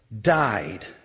died